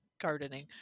gardening